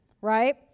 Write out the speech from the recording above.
Right